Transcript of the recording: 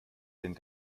sind